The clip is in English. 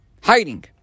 Hiding